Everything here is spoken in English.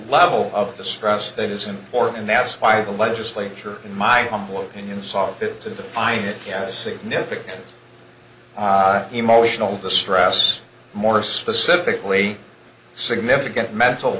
level of the stress that is important and that's why the legislature in my humble opinion saw fit to define significant emotional distress more specifically significant mental